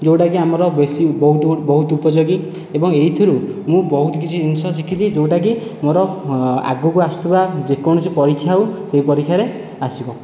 ଯେଉଁଟାକି ଆମର ବେଶି ବହୁତ ବହୁତ ଉପଯୋଗୀ ଏବଂ ଏହିଥିରୁ ମୁଁ ବହୁତ କିଛି ଜିନିଷ ଶିଖିଛି ଯେଉଁଟାକି ମୋର ଆଗକୁ ଆସୁଥିବା ଯେକୌଣସି ପରୀକ୍ଷା ହେଉ ସେ ପରୀକ୍ଷାରେ ଆସିବ